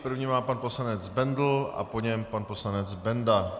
První má pan poslanec Bendl, po něm pan poslanec Benda.